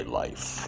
life